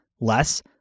less